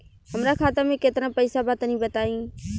हमरा खाता मे केतना पईसा बा तनि बताईं?